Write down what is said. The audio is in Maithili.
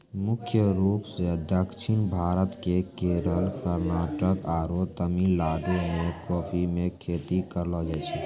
मुख्य रूप सॅ दक्षिण भारत के केरल, कर्णाटक आरो तमिलनाडु मॅ कॉफी के खेती करलो जाय छै